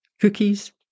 Cookies